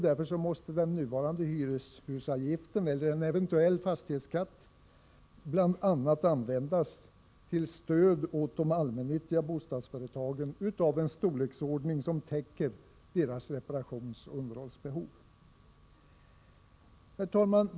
Därför måste den nuvarande hyreshusavgiften eller en eventuell fastighetsskatt bl.a. användas till stöd åt de allmännyttiga bostadsföretagen av en storleksordning som täcker deras reparationsoch underhållsbehov. Herr talman!